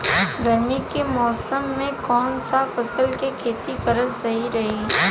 गर्मी के मौषम मे कौन सा फसल के खेती करल सही रही?